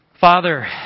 Father